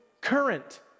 current